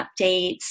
updates